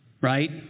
right